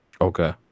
okay